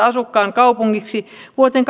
asukkaan kaupungiksi vuoteen